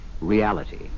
reality